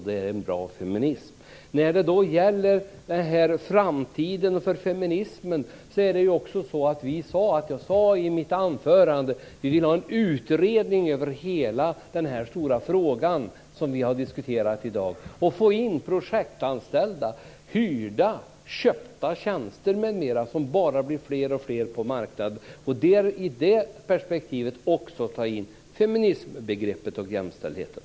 Det är en bra feminism! När det gäller framtiden för feminismen sade jag i mitt anförande att vi vill ha en utredning av hela den stora fråga som vi har diskuterat i dag. Vi vill få in projektanställda och hyrda och köpta tjänster m.m. som bara blir fler och fler på marknaden. I det perspektivet vill vi också ta in feminismbegreppet och jämställdheten.